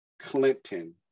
clinton